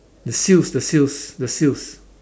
the sills the sills the sills